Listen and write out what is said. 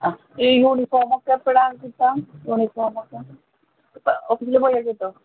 ആ ഈ യൂണിഫോമൊക്കെ എപ്പോഴാണ് കിട്ടുക യൂണിഫോമൊക്കെ ഇപ്പോൾ ഓഫീസിൽ പോയാൽ കിട്ടുമോ